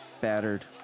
battered